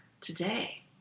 today